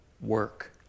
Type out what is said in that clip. work